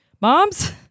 Moms